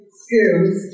skills